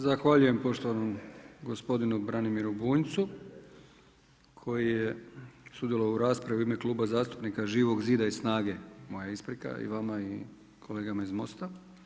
Zahvaljujem poštovanom gospodinu Branimiru Bunjcu, koji je sudjelovao u raspravi u ime Kluba zastupnika Živog zida i SNAGA-e, moja isprika i vama i kolegama iz Mosta.